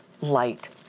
light